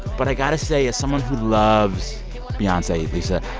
but i got to say, as someone who loves beyonce, lissa,